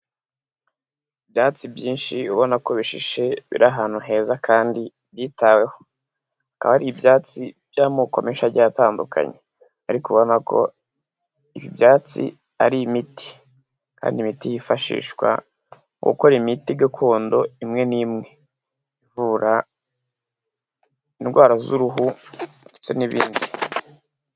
Ibyatsi byinshi ubona ko bishishe biri ahantu heza kandi byitaweho, akaba ari ibyatsi by'amoko menshi agiye atandukanye ariko urabona ko ibi byatsi ari imiti kandi imiti yifashishwa mu gukora imiti gakondo imwe n'imwe, ivura indwara z'uruhu ndetse n'ibindi.